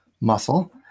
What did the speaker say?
muscle